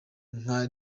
nka